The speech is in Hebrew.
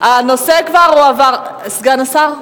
סגן השר.